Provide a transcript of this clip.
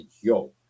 yo